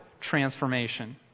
transformation